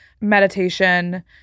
meditation